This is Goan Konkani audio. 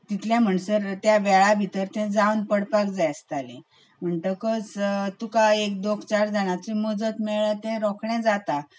तितल्या म्हणसर त्या वेळा भितर तें जावन पडपाक जाय आसतालें म्हणटकच तुका एक दोग चार जाणांची मजत मेळ्ळ्यार तें रोखडें जाता